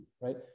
right